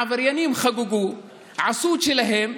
העבריינים חגגו, עשו את שלהם,